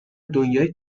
دنیای